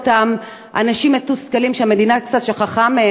אנשים מתוסכלים שהמדינה קצת שכחה מהם.